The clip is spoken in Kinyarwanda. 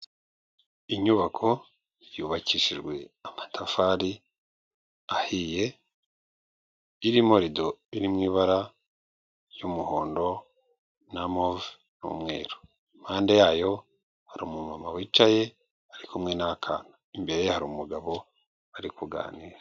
Inyubako yubakishijwe amatafari ahiye, irimo rido iri mu ibara ry'umuhondo na move n'umweru, impande yayo hari umumama wicaye ari kumwe n'akana, imbere ye hari umugabo bari kuganira.